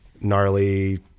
gnarly